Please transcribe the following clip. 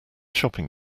shopping